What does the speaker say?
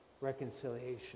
reconciliation